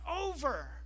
over